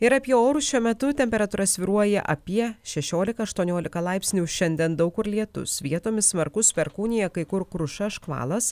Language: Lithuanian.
ir apie orus šiuo metu temperatūra svyruoja apie šešiolika aštuoniolika laipsnių šiandien daug kur lietus vietomis smarkus perkūnija kai kur kruša škvalas